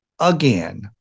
again